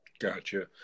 Gotcha